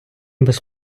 без